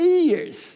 years